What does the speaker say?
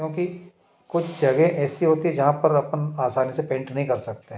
क्योंकि कुछ जगह ऐसी होती जहाँ पर अपन आसानी से पेंट नहीं कर सकते हैं